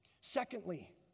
Secondly